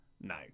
no